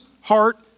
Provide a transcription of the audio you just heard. heart